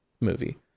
movie